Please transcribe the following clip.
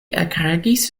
ekregis